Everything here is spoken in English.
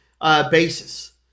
basis